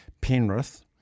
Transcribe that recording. Penrith